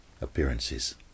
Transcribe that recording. appearances